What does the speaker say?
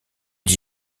d’y